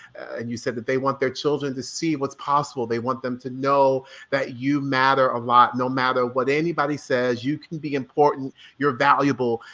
and you said that they want their children to see what's possible, they want them to know that you matter a lot, no matter what anybody says, you can be important, you're valuable.